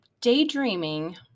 daydreaming